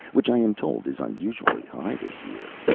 which i am told is unusually high this year.